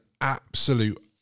absolute